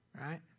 right